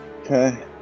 Okay